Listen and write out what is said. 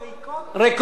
דירות רפאים.